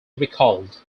recalled